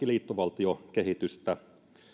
liittovaltiokehitystä